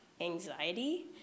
anxiety